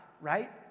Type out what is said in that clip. right